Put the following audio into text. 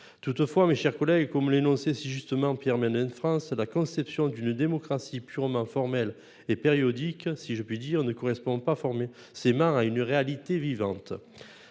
Toutefois, mes chers collègues comme l'énoncé si justement Pierre Manent France à la conception d'une démocratie purement formel et périodiques si je puis dire, ne correspond pas former ses mains à une réalité vivante.